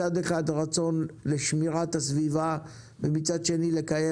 מצד אחד רצון לשמירת הסביבה ומצד שני לקיים